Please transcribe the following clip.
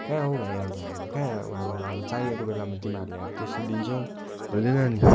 कहाँ हो भाइ अन्त अब कहाँ अब चाहिएको बेलामा तिमीहरूले अब त्यस्तो दिन्छौँ हुँदैन नि